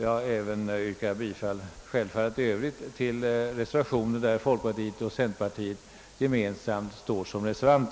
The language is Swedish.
Jag yrkar självfallet i övrigt bifall till de reservationer som undertecknats av folkpartister och centerpartister gemensamt.